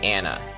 Anna